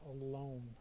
alone